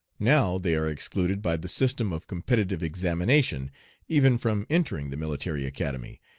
now they are excluded by the system of competitive examination even from entering the military academy,